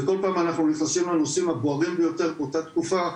וכל פעם אנחנו נכנסים לנושאים הבוערים ביותר באותה תקופה,